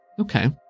Okay